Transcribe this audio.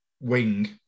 Wing